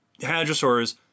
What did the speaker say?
hadrosaurs